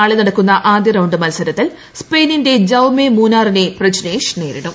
നാളെ നടക്കുന്ന ആദ്യ റൌണ്ട് മത്സരത്തിൽ സ്പെയിനിന്റെ ജൌമെ മൂനാറിനെ പ്രജ്നേഷ് നേരിടും